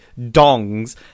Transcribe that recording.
dongs